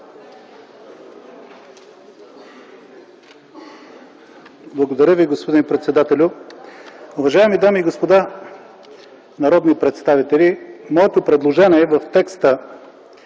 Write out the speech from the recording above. Благодаря Ви, господин председателю. Уважаеми дами и господа народни представители, моето предложение е в текста